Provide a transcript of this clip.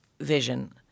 vision